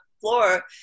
floor